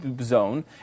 zone